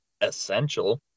essential